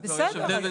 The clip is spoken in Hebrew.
אז בסדר.